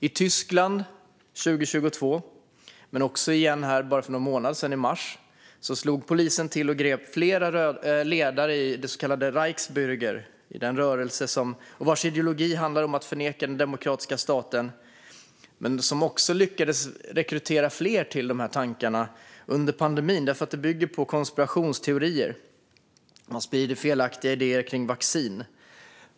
I Tyskland 2022, men också igen i mars, bara för någon månad sedan, slog polisen till och grep flera ledare i den så kallade Reichsbürgerrörelsen, vars ideologi handlar om att förneka den demokratiska staten och som lyckades rekrytera fler till de här tankarna under pandemin. Det bygger på konspirationsteorier. Man sprider felaktiga idéer kring vacciner.